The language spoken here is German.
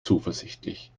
zuversichtlich